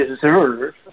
deserve